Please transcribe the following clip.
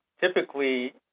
typically